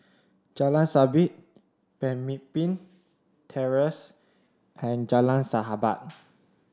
Jalan Sabit Pemimpin Terrace and Jalan Sahabat